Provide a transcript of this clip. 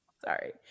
Sorry